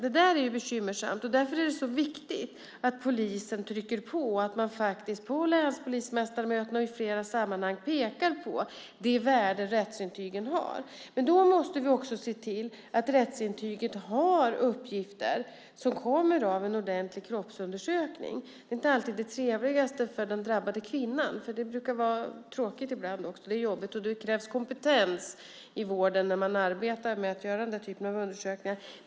Det är bekymmersamt, och därför är det så viktigt att polisen trycker på och att man på länspolismästarmöten med flera sammanhang pekar på det värde rättsintygen har. Men då måste vi också se till att rättsintyget har uppgifter som kommer av en ordentlig kroppsundersökning. Det är inte alltid det trevligaste för den drabbade kvinnan. Det brukar vara tråkigt och jobbigt ibland, och det krävs kompetens i vården när man arbetar med att göra den typen av undersökningar.